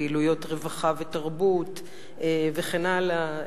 פעילויות רווחה ותרבות וכן הלאה,